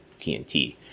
TNT